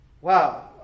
wow